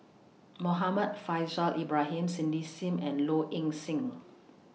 Muhammad Faishal Ibrahim Cindy SIM and Low Ing Sing